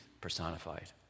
personified